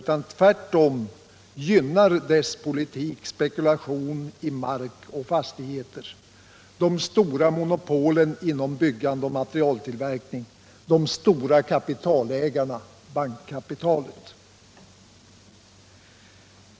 Tvärtom gynnar dess politik spekulationer i mark och fastigheter, de stora monopolen inom byggande och materialtillverkning, de stora kapitalägarna, bankkapitalet.